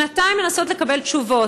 שנתיים, הן מנסות לקבל תשובות.